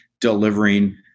delivering